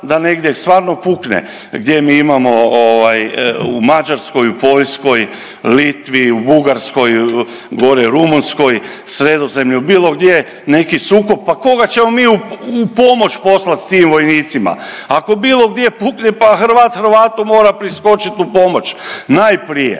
da negdje stvarno pukne gdje mi imamo ovaj u Mađarskoj, u Poljskoj, Litvi, u Bugarskoj, gore Rumunjskoj, Sredozemlju, bilo gdje, neki sukob, pa koga ćemo mi u pomoć poslati tim vojnicima? Ako bilo gdje pukne, pa Hrvat Hrvatu mora priskočiti u pomoć najprije.